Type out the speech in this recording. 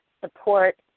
support